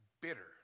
bitter